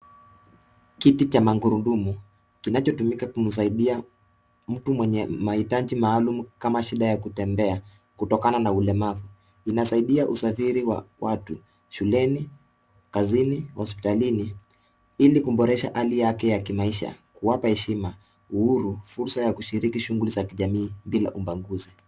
Kiti cha magurudumu kinachotumika kumsaidia mtu mwenye mahitaji maalum kama shida ya kutembea kutokana na ulemavum, inasidia usafiri wa watu shuleni, kazini, hospitalini ili kuborsha hali yake ya kimaisha, kuwapa heshima, uhuru, fursa ya kushiriki shuguli za kijamii bila ubaguzi.